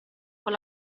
con